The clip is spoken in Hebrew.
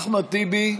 אחמד טיבי,